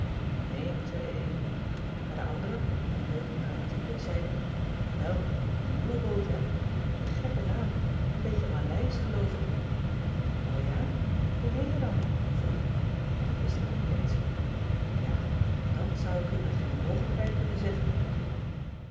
nee zei de eene maar de andere een leuk bruin type zei jawel een nieuwe boot hè met een gekken naam een beetje maleisch geloof ik o ja hoe heet hij dan vroeg ik want dat wist ik nog niet eens ja dat zou ik u met geen mogelijkheid kunnen zeggen